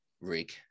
rig